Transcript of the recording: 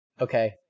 Okay